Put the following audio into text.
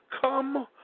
Come